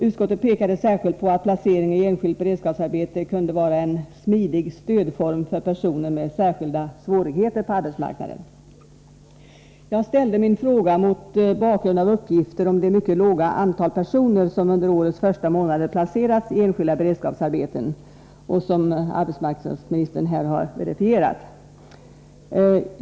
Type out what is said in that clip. Utskottet pekade särskilt på att placering i enskilt beredskapsarbete kunde vara en smidig stödform för personer med särskilda svårigheter på arbetsmarknaden. Jag ställde min fråga mot bakgrund av uppgifter om det mycket låga antal personer som under årets första månader placerats i enskilda beredskapsarbeten, uppgifter som arbetsmarknadsministern här har verifierat.